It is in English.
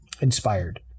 inspired